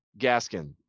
Gaskin